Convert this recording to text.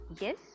yes